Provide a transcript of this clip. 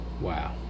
Wow